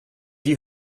you